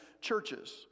churches